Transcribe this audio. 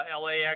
LAX